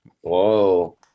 Whoa